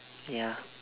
ya